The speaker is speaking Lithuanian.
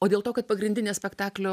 o dėl to kad pagrindinė spektaklio